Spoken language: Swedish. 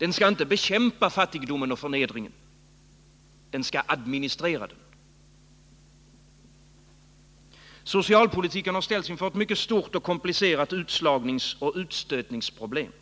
Den skall inte bekämpa fattigdomen och förnedringen, utan administrera den. Socialpolitiken har ställts inför ett mycket stort och komplicerat utslagningsoch utstötningsproblem.